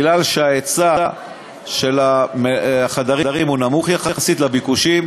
משום שההיצע של החדרים נמוך יחסית לביקוש.